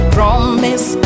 Promise